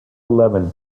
eleven